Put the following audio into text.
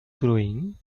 growing